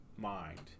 mind